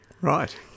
Right